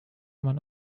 man